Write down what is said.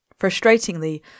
Frustratingly